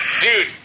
Dude